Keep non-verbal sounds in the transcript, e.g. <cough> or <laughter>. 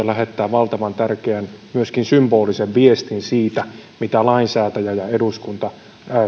<unintelligible> lähettää valtavan tärkeän myöskin symbolisen viestin siitä mitä lainsäätäjä eduskunta